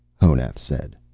honath said.